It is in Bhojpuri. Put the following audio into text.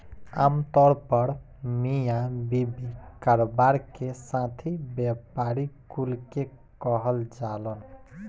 आमतौर पर मिया बीवी, कारोबार के साथी, व्यापारी कुल के कहल जालन